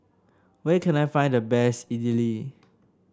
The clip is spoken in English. where can I find the best Idili